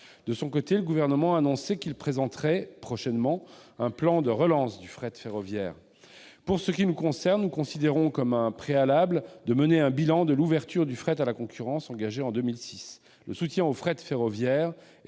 De son côté, le Gouvernement a annoncé qu'il présenterait prochainement un plan de relance du fret ferroviaire. Pour ce qui nous concerne, nous considérons que mener un bilan de l'ouverture du fret à la concurrence engagée en 2006 constitue un préalable. Le soutien au fret ferroviaire est